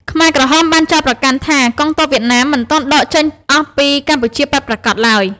ខ្មែរក្រហមបានចោទប្រកាន់ថា កងទ័ពវៀតណាមមិនទាន់ដកចេញអស់ពីកម្ពុជាពិតប្រាកដឡើយ។